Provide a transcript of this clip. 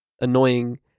annoying